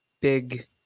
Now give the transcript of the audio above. big